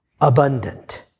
abundant